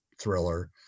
thriller